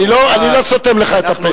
אני לא סותם לך את הפה.